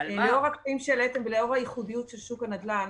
לאור הדברים שהעליתם ולאור הייחודיות של שוק הנדל"ן,